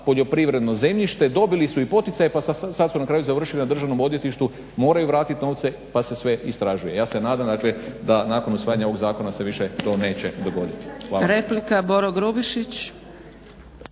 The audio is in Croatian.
poljoprivredno zemljište dobili su i poticaje pa sad su na kraju završili na državnom odvjetništvu, moraju vratit novce pa se sve istražuje. Ja se nadam dakle da nakon usvajanja ovog zakona se više to neće dogoditi.